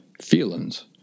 feelings